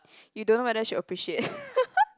you don't know whether she appreciate